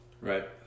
right